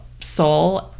soul